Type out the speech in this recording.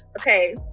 Okay